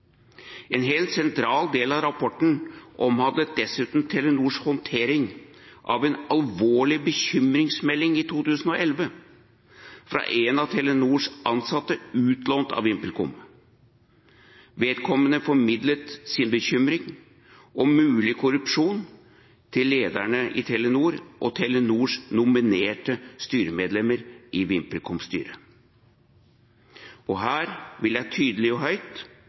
En helt sentral del av rapporten omhandlet dessuten Telenors håndtering av en alvorlig bekymringsmelding i 2011 fra en av Telenors ansatte, som var utlånt av VimpelCom. Vedkommende formidlet sin bekymring om mulig korrupsjon til lederne i Telenor og Telenors nominerte styremedlemmer i VimpelComs styre. Og her vil jeg – tydelig og høyt